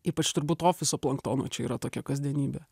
ypač turbūt ofiso planktono čia yra tokia kasdienybė